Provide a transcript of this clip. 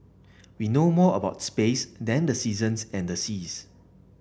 we know more about space than the seasons and the seas